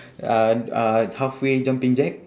uh uh halfway jumping jack